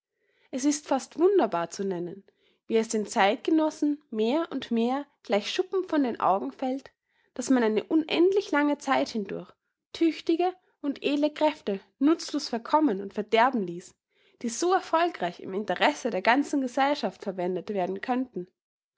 es ist fast wunderbar zu nennen wie es den zeitgenossen mehr und mehr gleich schuppen von den augen fällt daß man eine unendlich lange zeit hindurch tüchtige und edle kräfte nutzlos verkommen und verderben ließ die so erfolgreich im interesse der ganzen gesellschaft verwendet werden könnten